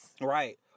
Right